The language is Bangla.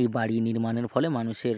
এই বাড়ি নির্মাণের ফলে মানুষের